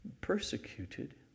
persecuted